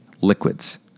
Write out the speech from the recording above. liquids